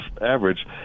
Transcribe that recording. average